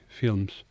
films